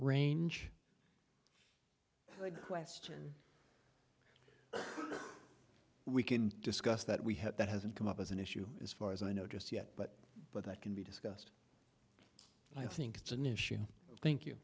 range good question we can discuss that we had that hasn't come up as an issue as far as i know just yet but but that can be discussed i think it's an issue thank you